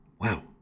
wow